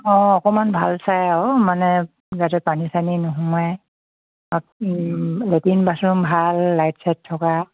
অঁ অকমান ভাল চাই আৰু মানে যাতে পানী চানী নুসোমাই লেট্ৰিন বাথৰূম ভাল লাইট চাইট থকা